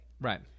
Right